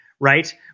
right